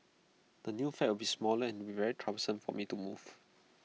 the new flat will be smaller and IT will be very troublesome for me to move